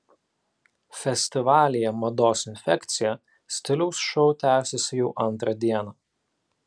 festivalyje mados infekcija stiliaus šou tęsiasi jau antrą dieną